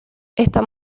esta